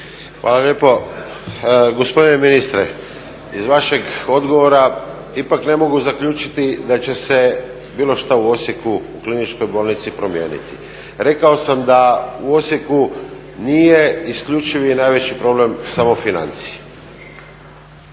Tomislav (HDZ)** Gospodine ministre iz vašeg odgovora ipak ne mogu zaključiti da će bilo što u Osijeku u kliničkoj bolnici promijeniti. Rekao sam da u Osijeku nije isključivi i najveći problem samo financije.